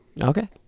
Okay